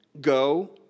Go